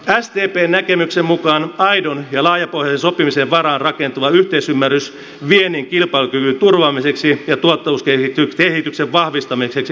sdpn näkemyksen mukaan aidon ja laajapohjaisen sopimisen varaan rakentuva yhteisymmärrys viennin kilpailukyvyn turvaamiseksi ja tuottavuuskehityksen vahvistamiseksi on tarpeen